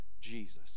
jesus